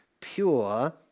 pure